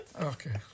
Okay